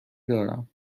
دارم